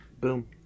Boom